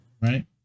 Right